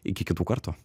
iki kitų kartų